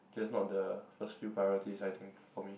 just not the first few priorities I think for me